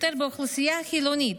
יותר באוכלוסייה החילונית,